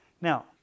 Now